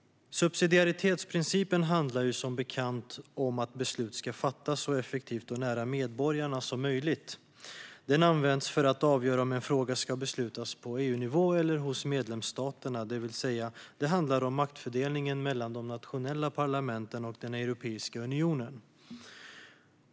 Subsidiaritetsprincipen handlar som bekant om att beslut ska fattas så effektivt och så nära medborgarna som möjligt. Den används för att avgöra om en fråga ska beslutas på EU-nivå eller i medlemsstaterna, det vill säga det handlar om maktfördelningen mellan de nationella parlamenten och Europeiska unionen.